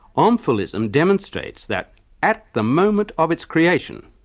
omphalism demonstrates that at the moment of its creation,